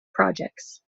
projects